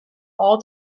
all